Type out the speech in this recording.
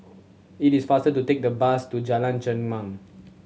it is faster to take the bus to Jalan Chengam